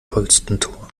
holstentor